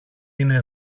είναι